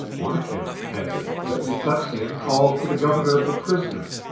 one account has it that de flexian called for the governor of the prison,